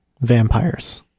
vampires